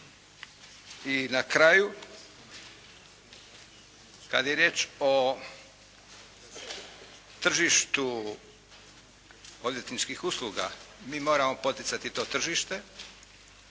I na kraju, kad je riječ o tržištu odvjetničkih usluga, mi moramo poticati to tržište,